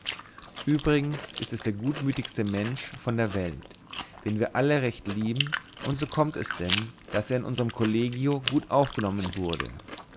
übrigens ist es der gutmütigste mensch von der welt den wir alle recht lieben und so kommt es denn daß er in unserm kollegio gut aufgenommen wurde